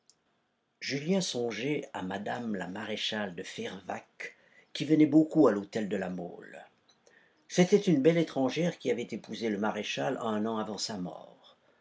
julien songeait à mme la maréchale de fervaques qui venait beaucoup à l'hôtel de la mole c'était une belle étrangère qui avait épousé le maréchal un an avant sa mort